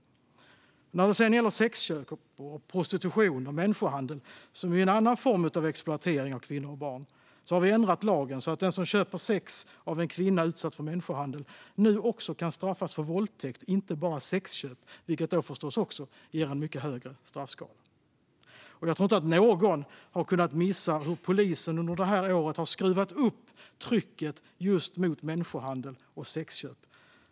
När det gäller sexköp och prostitution och människohandel, som ju är en annan form av exploatering av kvinnor och barn, har vi ändrat lagen så att den som köper sex av en kvinna utsatt för människohandel nu kan straffas också för våldtäkt och inte bara för sexköp. Det ger förstås en mycket högre straffskala. Jag tror inte att någon kunnat missa hur polisen under det här året har skruvat upp trycket mot människohandel och sexköp.